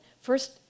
first